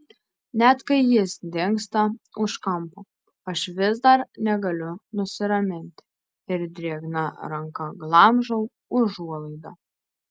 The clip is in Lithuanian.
net kai jis dingsta už kampo aš vis dar negaliu nusiraminti ir drėgna ranka glamžau užuolaidą